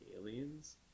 aliens